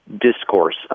discourse